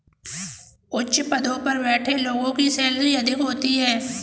उच्च पदों पर बैठे लोगों की सैलरी अधिक होती है